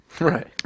Right